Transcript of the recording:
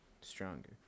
stronger